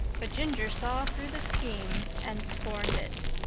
but ginger saw through the scheme and scorned it.